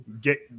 get